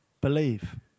believe